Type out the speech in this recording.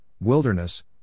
wilderness